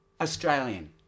Australian